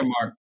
Mark